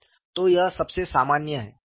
तो यह सबसे सामान्य है